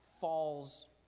falls